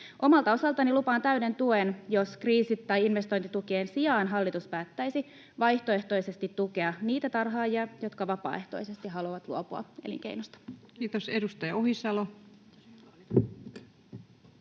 Omalta osaltani lupaan täyden tuen, jos kriisi- tai investointitukien sijaan hallitus päättäisi vaihtoehtoisesti tukea niitä tarhaajia, jotka vapaaehtoisesti haluavat luopua elinkeinosta. Kiitos. — Edustaja Ohisalo.